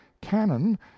cannon